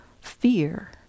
fear